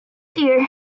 dear